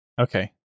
Okay